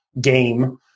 game